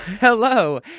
Hello